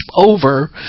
over